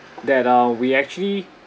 that uh we actually